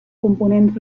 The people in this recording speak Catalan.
components